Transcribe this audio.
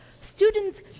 Students